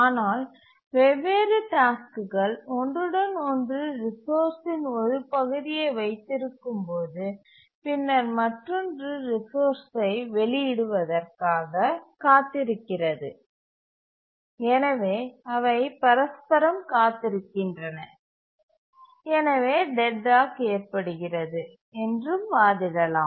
ஆனால் வெவ்வேறு டாஸ்க்குகள் ஒன்றுடன் ஒன்று ரிசோர்சின் ஒரு பகுதியை வைத்திருக்கும்போது பின்னர் மற்றொன்று ரிசோர்ஸ்சை வெளியிடுவதற்காக காத்திருக்கிறது எனவே அவை பரஸ்பரம் காத்து இருக்கின்றன எனவே டெட்லாக் ஏற்படுகிறது என்றும் வாதிடலாம்